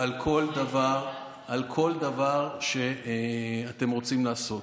על כל דבר שאתם רוצים לעשות.